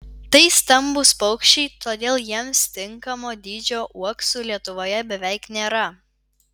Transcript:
tai stambūs paukščiai todėl jiems tinkamo dydžio uoksų lietuvoje beveik nėra